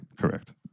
Correct